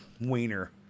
wiener